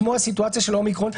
כמו המצב של האומירקורן,